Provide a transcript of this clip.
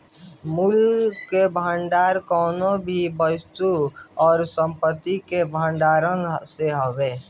मूल्य कअ भंडार कवनो भी वस्तु अउरी संपत्ति कअ भण्डारण से हवे